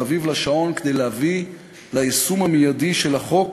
מסביב לשעון כדי להביא ליישום המיידי של החוק,